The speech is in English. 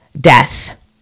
death